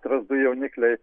strazdų jaunikliai